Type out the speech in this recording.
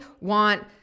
want